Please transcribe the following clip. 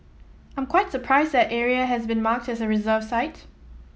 I'm quite surprised that area has been marked as a reserve site